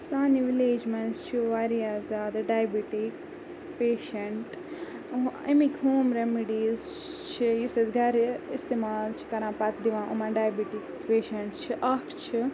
سانہِ وِلیج منٛز چھِ واریاہ زیادٕ ڈایبِٹِکس پیشَنٹ اَمِکۍ ہوم ریٚمِڈیٖز چھِ یُس اَسۍ گَرِ اِستعمال چھِ کَران پَتہٕ دِوان یِمَن ڈایبِٹِکس پیشَنٹ چھِ اَکھ چھِ